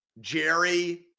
Jerry